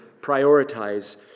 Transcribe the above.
Prioritize